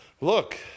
look